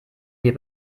wir